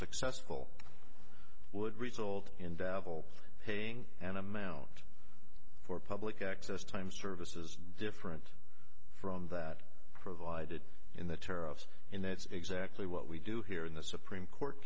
successful would result in babel paying an amount for public access time services different from that provided in the tariffs and that's exactly what we do here in the supreme court